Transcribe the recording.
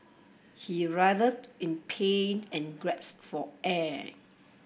he writhed in pain and grasped for air